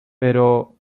pero